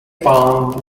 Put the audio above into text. found